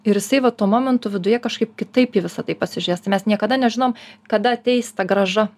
ir jisai vat tuo momentu viduje kažkaip kitaip į visa tai pasižiūrės tai mes niekada nežinom kada ateis ta grąža